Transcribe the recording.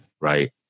Right